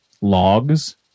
logs